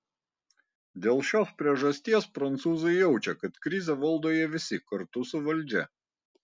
dėl šios priežasties prancūzai jaučia kad krizę valdo jie visi kartu su valdžia